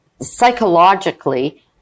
psychologically